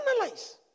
analyze